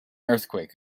earthquake